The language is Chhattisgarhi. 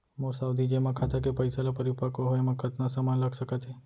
मोर सावधि जेमा खाता के पइसा ल परिपक्व होये म कतना समय लग सकत हे?